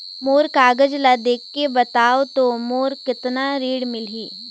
मोर कागज ला देखके बताव तो मोला कतना ऋण मिलही?